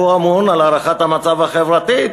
הוא אמון על הערכת המצב החברתית.